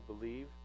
believe